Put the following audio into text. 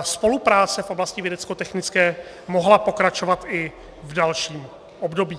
spolupráce v oblasti vědeckotechnické mohla pokračovat i v dalším období.